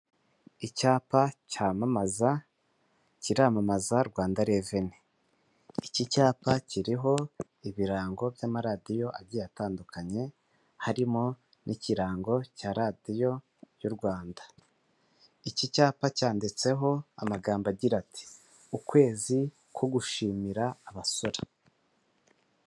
Icyapa cyamamaza kiramamaza rwandareveni. Iki cyapa kiriho ibirango by'amaradiyo agiye atandukanye harimo n'ikirango cya radiyo y'u Rwanda Iki cyapa cyanditseho amagambo agira ati ukwezi ko gushimira abasora.